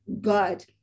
God